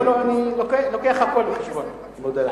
לא, אבל הפריעו לי, אדוני.